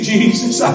Jesus